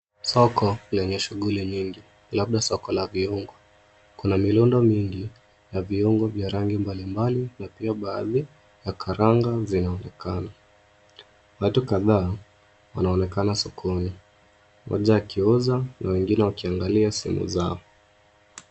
Soko lenye shughuli nyingi labda soko la viungo. Kuna miundo mingi ya viungo vya rangi mbalimbali pia badhi ya karanga zinaonekana. Watu kadhaa wanaonekana sokoni, mmoja akiuza na wengine wakiangalia simu zao.